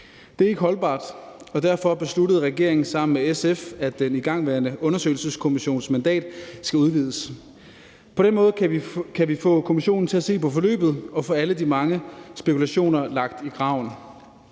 Det er ikke holdbart, og derfor besluttede regeringen sammen med SF, at den igangværende undersøgelseskommissions mandat skal udvides. På den måde kan vi få kommissionen til at se på forløbet og få alle de mange spekulationer lagt i graven